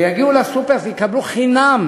ויגיעו לסופר ויקבלו חינם